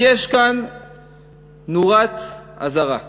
יש כאן נורת אזהרה,